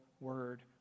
word